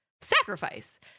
sacrifice